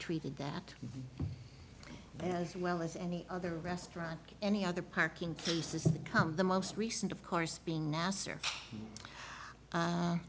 treated that as well as any other restaurant any other parking places come the most recent of course being nasser